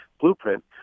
blueprint